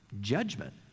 Judgment